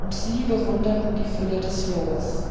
und sie bewunderten die fülle des flors